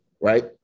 right